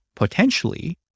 potentially